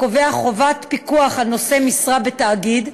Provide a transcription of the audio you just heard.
הקובע חובת פיקוח על נושא משרה בתאגיד,